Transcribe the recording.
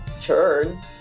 turn